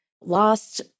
lost